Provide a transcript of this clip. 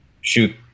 shoot